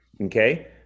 Okay